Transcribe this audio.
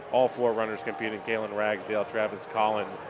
all four runners competing, kalin rags dale, travis collins,